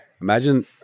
Imagine